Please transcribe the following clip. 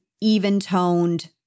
even-toned